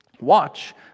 Watch